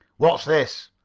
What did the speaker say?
what's this?